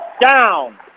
Down